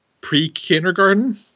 pre-kindergarten